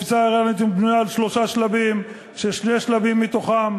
התפיסה האיראנית בנויה על שלושה שלבים: שני שלבים מתוכם